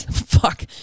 Fuck